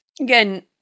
Again